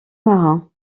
marins